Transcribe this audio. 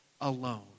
alone